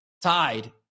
tied